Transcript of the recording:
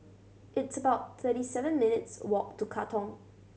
it's about thirty seven minutes' walk to Katong